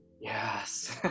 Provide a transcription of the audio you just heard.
yes